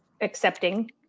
accepting